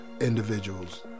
individuals